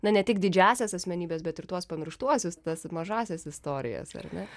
na ne tik didžiąsias asmenybes bet ir tuos pamirštuosius tas mažąsias istorijas ar ne